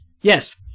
Yes